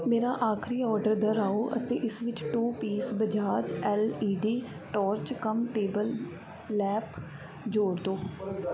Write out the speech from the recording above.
ਮੇਰਾ ਆਖਰੀ ਓਰਡਰ ਦੁਹਰਾਓ ਅਤੇ ਇਸ ਵਿੱਚ two piece Bajaj LED torch cum table lamp ਜੋੜ ਦੋ